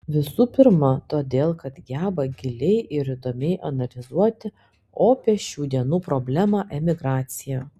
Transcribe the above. visų pirma todėl kad geba giliai ir įdomiai analizuoti opią šių dienų problemą emigraciją